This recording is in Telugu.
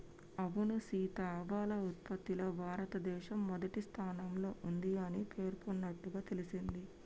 అవును సీత ఆవాల ఉత్పత్తిలో భారతదేశం మొదటి స్థానంలో ఉంది అని పేర్కొన్నట్లుగా తెలింది